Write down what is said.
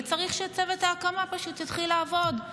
וצריך שצוות ההקמה פשוט יתחיל לעבוד.